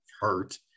hurt